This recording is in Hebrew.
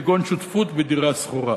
כגון שותפות בדירה שכורה.